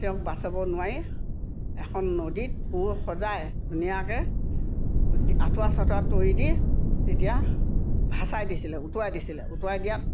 তেওঁক বচাব নোৱাৰি এখন নদীত ভুঁৰ সজাই ধুনীয়াকৈ আঠুৱা চাঠুৱা তৰি দি তেতিয়া ভাচাই দিছিলে উটুৱাই দিছিলে উটুৱাই দিয়াত